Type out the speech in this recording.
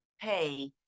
pay